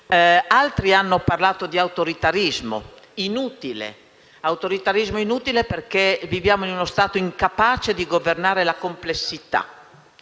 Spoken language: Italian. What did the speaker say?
Altri hanno parlato di autoritarismo inutile, perché viviamo in uno Stato incapace di governare la complessità.